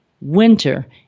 winter